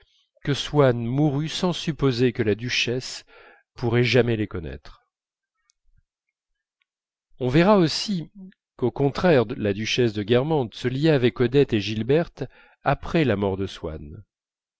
que swann mourut sans supposer que la duchesse pourrait jamais les connaître on verra aussi qu'au contraire la duchesse de guermantes se lia avec odette et gilberte après la mort de swann